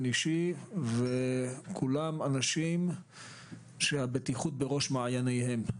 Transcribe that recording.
אישי וכולם אנשים שהבטיחות בראש מעייניהם,